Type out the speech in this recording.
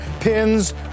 Pins